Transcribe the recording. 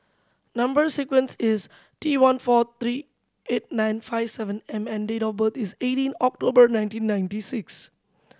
number sequence is T one four three eight nine five seven M and date of birth is eighteen October nineteen ninety six